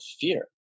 fear